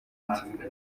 ute